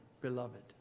beloved